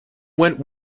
went